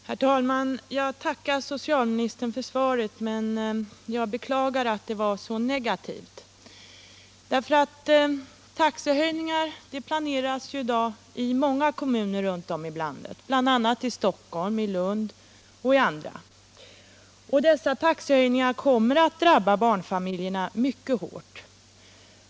underlätta barnstu Herr talman! Jag tackar socialministern för svaret, men jag beklagar = geutbyggnaden att det var så negativt. Taxehöjningar planeras ju i dag i många kommuner runt om i landet, bl.a. i Stockholm och i Lund, och dessa taxehöjningar kommer att drabba barnfamiljerna mycket hårt.